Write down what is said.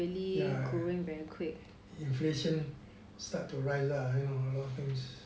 yeah inflation start to rise ah you know a lot of things